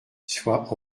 sois